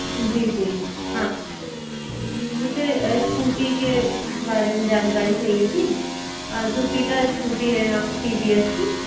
जी जी हाँ जी मुझे स्कूटी के बारे में जानकारी चाहिए थी जुपिटर स्कूटी है टी वी एस की